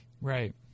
Right